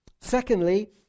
Secondly